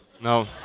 No